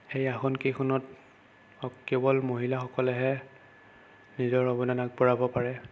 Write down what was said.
সেই আসন কেইখনত হওক কেৱল মহিলাসকলেহে নিজৰ অৱদান আগবঢ়াব পাৰে